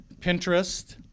Pinterest